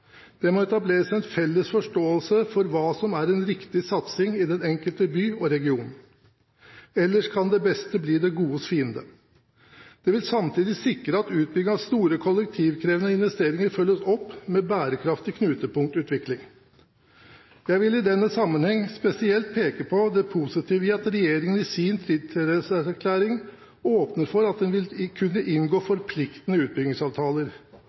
Det må etableres en felles forståelse for hva som er en riktig satsing i den enkelte by og region, ellers kan det beste bli det godes fiende. Det vil samtidig sikre at utbygging med store, krevende kollektivinvesteringer følges opp med bærekraftig knutepunktutvikling. Jeg vil i denne sammenheng spesielt peke på det positive i at regjeringen i sin tiltredelseserklæring åpner for at den vil kunne inngå forpliktende utbyggingsavtaler.